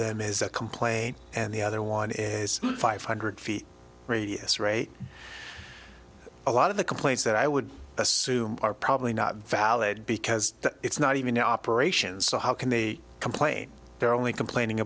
them is a complaint and the other one is five hundred feet radius rate a lot of the complaints that i would assume are probably not valid because it's not even the operations so how can they complain they're only complaining